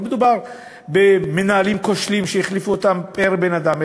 לא מדובר במנהלים כושלים שהחליפו אותם פר בן-אדם,